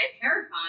terrifying